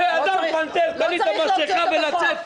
--- להוריד את המסכה ולצאת.